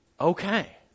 Okay